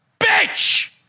bitch